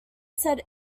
said